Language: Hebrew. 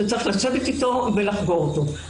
שצריך לשבת איתו ולחקור אותו.